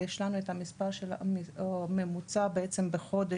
יש לנו את המספר הממוצע בחודש,